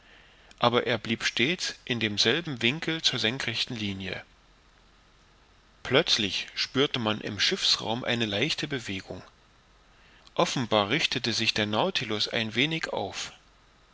aber er blieb stets in demselben winkel zur senkrechten linie plötzlich spürte man im schiffsraum eine leichte bewegung offenbar richtete sich der nautilus ein wenig auf